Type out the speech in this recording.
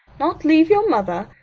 not leave your mother!